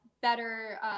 better